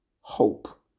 hope